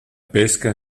pesca